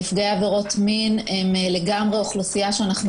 נפגעי עבירות מין הם לגמרי אוכלוסייה שאנחנו